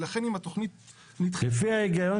לכן אם התכנית נדחתה --- לפי ההיגיון